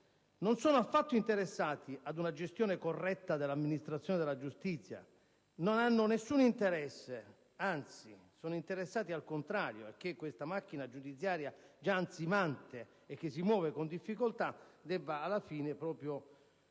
non sono affatto interessati ad una gestione corretta dell'amministrazione della giustizia. Non hanno nessun interesse. Anzi, sono interessati al contrario, a che questa macchina giudiziaria già ansimante e che si muove con difficoltà debba alla fine proprio